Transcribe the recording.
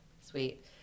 Sweet